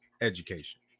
Education